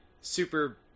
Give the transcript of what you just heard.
super